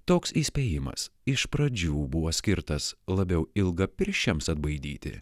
toks įspėjimas iš pradžių buvo skirtas labiau ilgapirščiams atbaidyti